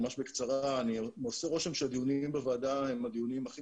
ממש בקצרה עושה רושם שהדיונים בוועדה הם הדיונים הכי